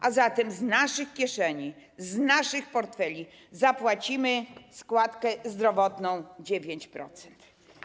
A zatem z naszych kieszeni, z naszych portfeli zapłacimy składkę zdrowotną 9%.